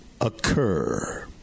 occur